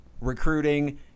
recruiting